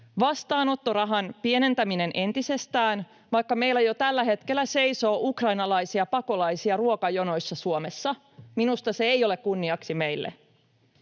Vastaanottorahan pienentäminen entisestään, vaikka meillä jo tällä hetkellä seisoo ukrainalaisia pakolaisia ruokajonoissa Suomessa — minusta se ei ole kunniaksi meille.